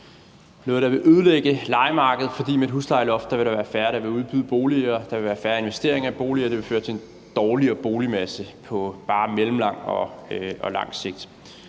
noget, der vil ødelægge lejemarkedet, fordi der med et huslejeloft vil være færre, som vil udbyde boliger, der vil være færre investeringer i boliger, og det vil føre til en dårligere boligmasse på bare mellemlang og på lang sigt.